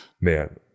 man